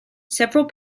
several